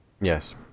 Yes